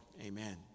Amen